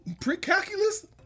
pre-calculus